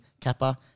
Kappa